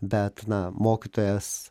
bet na mokytojas